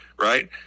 right